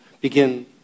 begin